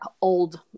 old